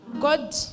god